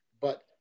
but-